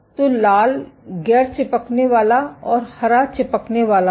तो लाल गैर चिपकने वाला और हरा चिपकने वाला है